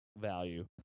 value